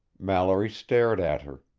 mallory stared at her.